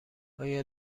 آیا